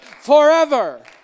forever